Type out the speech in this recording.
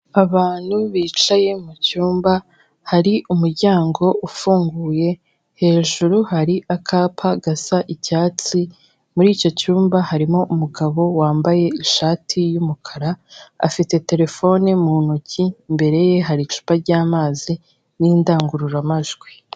Abantu bicaye mu cyumba, hari umuryango ufunguye, hejuru hari akapa gasa icyatsi, muri icyo cyumba harimo umugabo wambaye ishati y'umukara, afite terefone mu ntoki, imbere ye hari icupa ry'amazi n'indangururamajwi.